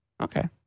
Okay